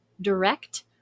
direct